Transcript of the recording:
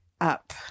up